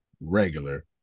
regular